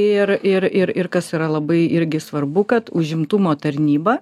ir ir ir ir kas yra labai irgi svarbu kad užimtumo tarnyba